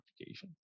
application